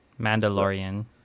Mandalorian